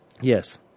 Yes